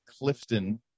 Clifton